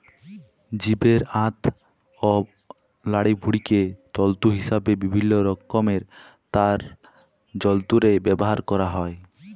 জীবের আঁত অ লাড়িভুঁড়িকে তল্তু হিসাবে বিভিল্ল্য রকমের তার যল্তরে ব্যাভার ক্যরা হ্যয়